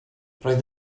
roedd